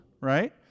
right